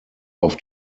auf